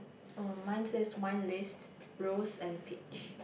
oh mine says wine list rose and peach